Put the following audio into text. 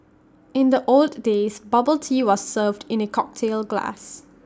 in the old days bubble tea was served in A cocktail glass